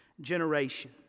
generation